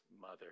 mother